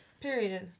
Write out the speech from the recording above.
Period